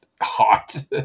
hot